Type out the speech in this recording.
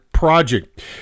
project